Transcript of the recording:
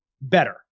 better